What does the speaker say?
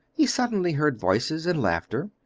he suddenly heard voices and laughter,